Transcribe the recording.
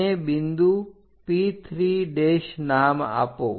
તેને બિંદુ P3 નામ આપો